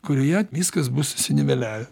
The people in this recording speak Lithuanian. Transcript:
kurioje viskas bus susiniveliavę